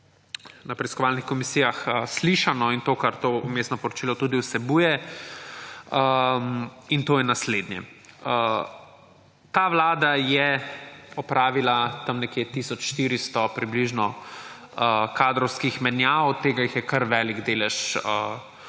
na preiskovalnih komisijah slišano, in to, kar to Vmesno poročilo vsebuje. In to je naslednje. Ta vlada je opravila okoli tisoč 400, približno, kadrovskih menjav, od tega jih je kar velik delež v